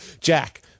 Jack